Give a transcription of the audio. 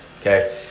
okay